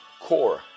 Core